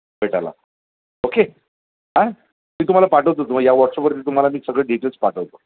भेटायला ओके हां मी तुम्हाला पाठवतो तुम्हा या व्हॉट्सअपवरती तुम्हाला मी सगळे डिटेल्स पाठवतो